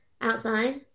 Outside